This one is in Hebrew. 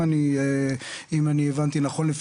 אם אני הבנתי נכון,